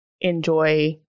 enjoy